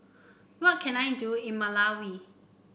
what can I do in Malawi